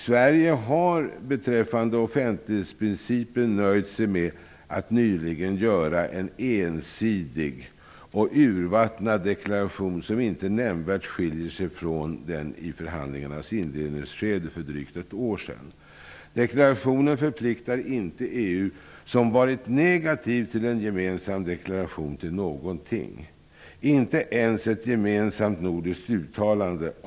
Sverige har beträffande offentlighetsprincipen nöjt sig med att nyligen göra en ensidig och urvattnad deklaration som inte nämnvärt skiljer sig från den i förhandlingarnas inledningsskede för drygt ett år sedan. Deklarationen förpliktar inte EU, som har varit negativ till en gemensam deklaration, till någonting. Det har inte ens gjorts ett gemensamt nordiskt uttalande.